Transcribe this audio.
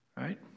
Right